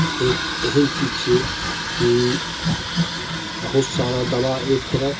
एक एहन चीज छियै की बहुत सारा दबाइ एक तरफ